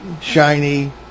shiny